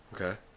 Okay